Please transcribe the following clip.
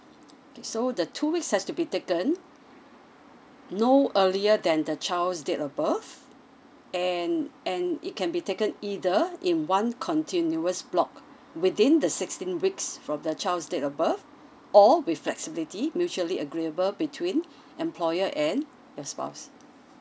okay so the two weeks has to be taken no earlier than the child's date of birth and and it can be taken either in one continuous block within the sixteen weeks from the child's date of birth or with flexibility mutually agreeable between employer and your spouse